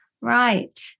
Right